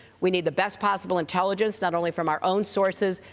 we need the best possible intelligence not only from our own sources,